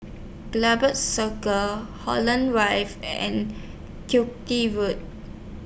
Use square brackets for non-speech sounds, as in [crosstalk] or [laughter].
[unintelligible] Circus Holland Rive and [unintelligible] Road